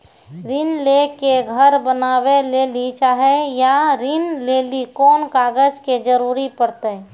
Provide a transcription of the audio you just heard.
ऋण ले के घर बनावे लेली चाहे या ऋण लेली कोन कागज के जरूरी परतै?